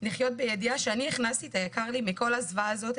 לחיות בידיעה שאני הכנסתי את היקר לי לכל הזוועה הזאת,